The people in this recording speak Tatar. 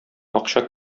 акча